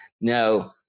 Now